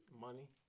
Money